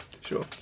Sure